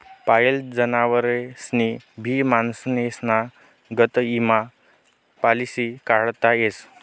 पायेल जनावरेस्नी भी माणसेस्ना गत ईमा पालिसी काढता येस